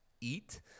eat